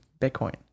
Bitcoin